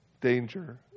danger